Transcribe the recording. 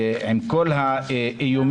עם כל האיומים.